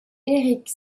erik